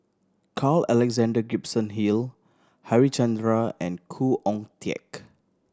Carl Alexander Gibson Hill Harichandra and Khoo Oon Teik